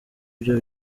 byo